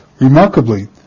Remarkably